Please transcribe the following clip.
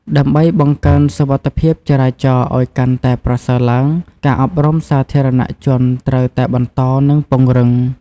ដើម្បីបង្កើនសុវត្ថិភាពចរាចរណ៍ឱ្យកាន់តែប្រសើរឡើង ការអប់រំសាធារណជនត្រូវតែបន្ត និងពង្រឹង។